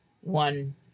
one